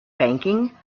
banking